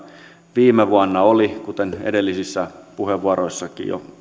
viime vuonna oli kuten edellisissäkin puheenvuoroissa jo